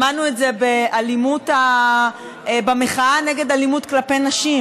שמענו את זה במחאה על אלימות כלפי נשים.